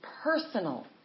Personal